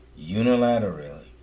unilaterally